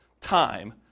time